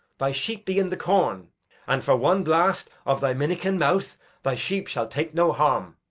thy sheep be in the corn and for one blast of thy minikin mouth thy sheep shall take no harm.